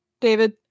David